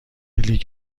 لیگ